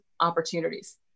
opportunities